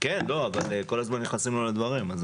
כן, אבל כל הזמן נכנסים לו לדברים.